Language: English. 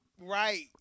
Right